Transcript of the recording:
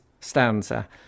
stanza